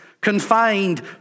confined